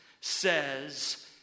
says